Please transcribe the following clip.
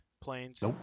Planes